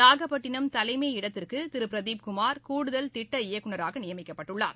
நாகப்பட்டினம் தலைமை இடத்திற்கு திரு பிரதீப் குமார் கூடுதல் திட்ட இயக்குநராக நியமிக்கப்பட்டுள்ளார்